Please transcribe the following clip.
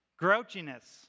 grouchiness